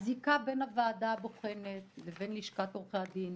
הזיקה בין הוועדה הבוחנת לבין לשכת עורכי הדין,